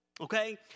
okay